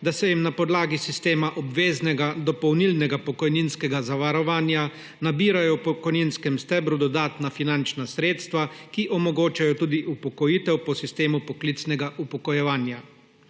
da se jim na podlagi sistema obveznega dopolnilnega pokojninskega zavarovanja nabirajo v pokojninskem stebru dodatna finančna sredstva, ki omogočajo tudi upokojitev po sistemu poklicnega upokojevanja.